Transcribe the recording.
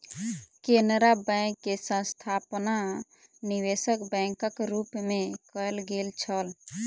Canara bank के स्थापना निवेशक बैंकक रूप मे कयल गेल छल